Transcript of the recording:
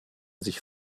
sich